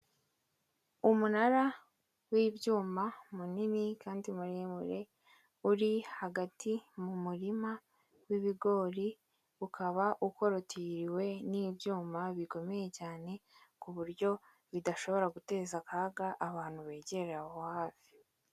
Umunara w'ibyuma munini kandi muremure uri hagati mu murima w'ibigori ukaba ukorotiriwe n'ibyuma bikomeye cyane ku buryo bidashobora guteza akaga abantu begereye aho hafi.